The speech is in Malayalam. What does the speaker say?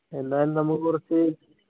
എന്നാൽ നമുക്ക് കുറച്ച്